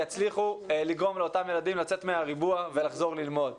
יצליחו לגרום לאותם ילדים לצאת מהריבוע ולחזור ללמוד.